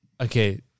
Okay